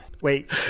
Wait